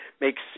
makes